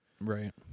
Right